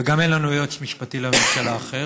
וגם אין לנו יועץ משפטי לממשלה אחר.